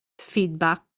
feedback